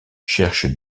cherche